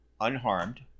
unharmed